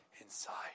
inside